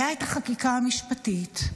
הייתה החקיקה המשפטית,